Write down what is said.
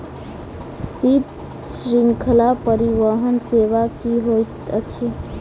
शीत श्रृंखला परिवहन सेवा की होइत अछि?